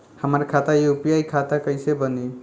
हमार खाता यू.पी.आई खाता कईसे बनी?